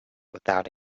without